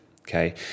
Okay